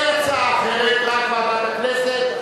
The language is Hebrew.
אין הצעה אחרת, רק ועדת הכנסת.